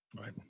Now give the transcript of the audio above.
Right